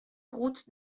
route